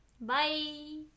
bye